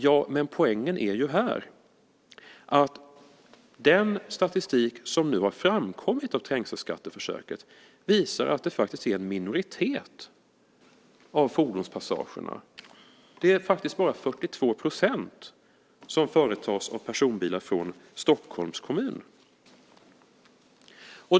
Ja, men poängen här är att den statistik som nu framkommit när det gäller trängselskatteförsöket visar att det är en minoritet av fordonspassagerna - faktiskt bara 42 %- som företas av personbilar från Stockholms kommun.